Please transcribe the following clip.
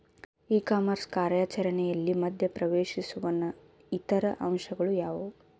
E commerce ಕಾರ್ಯಾಚರಣೆಯಲ್ಲಿ ಮಧ್ಯ ಪ್ರವೇಶಿಸುವ ಇತರ ಅಂಶಗಳು ಯಾವುವು?